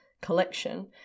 collection